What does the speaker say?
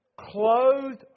Clothed